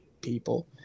people